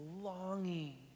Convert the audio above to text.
longing